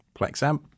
PlexAmp